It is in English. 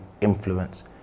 influence